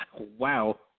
Wow